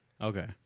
Okay